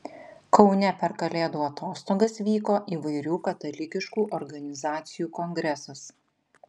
kaune per kalėdų atostogas vyko įvairių katalikiškų organizacijų kongresas